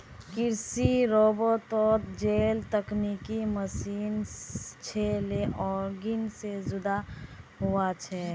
कृषि रोबोतोत जेल तकनिकी मशीन छे लेअर्निंग से जुदा हुआ छे